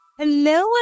Hello